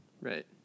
Right